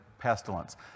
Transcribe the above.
pestilence